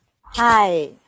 hi